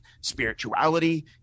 spirituality